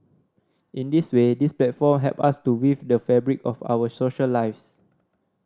in this way these platform help us to weave the fabric of our social lives